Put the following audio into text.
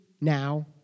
now